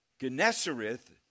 Gennesareth